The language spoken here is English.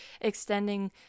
extending